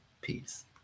Peace